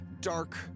dark